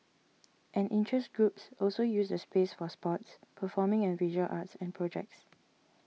and interest groups also use the space for sports performing and visual arts and projects